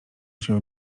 się